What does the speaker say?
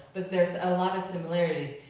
but there's a lot of similarities.